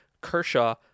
Kershaw